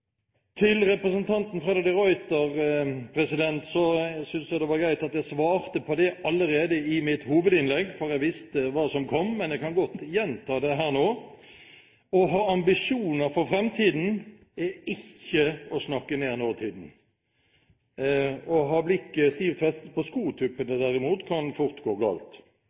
Til representanten Freddy de Ruiter syntes jeg det var greit at jeg svarte allerede i mitt hovedinnlegg, for jeg visste hva som kom, men jeg kan godt gjenta det her nå. Å ha ambisjoner for framtiden er ikke å snakke ned nåtiden. Om man har blikket stivt festet på skotuppene, derimot, kan det fort gå galt.